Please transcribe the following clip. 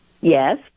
Yes